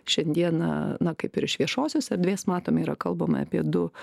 šiandieną na kaip ir iš viešosios erdvės matome yra kalbama apie du